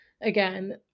again